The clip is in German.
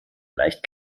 leicht